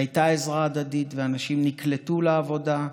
הייתה עזרה הדדית ואנשים נקלטו לעבודה,